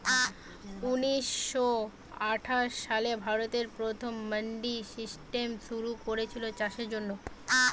ঊনিশ শ আঠাশ সালে ভারতে প্রথম মান্ডি সিস্টেম শুরু কোরেছিল চাষের জন্যে